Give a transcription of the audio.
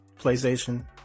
Playstation